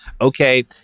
Okay